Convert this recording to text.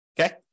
Okay